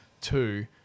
two